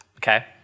Okay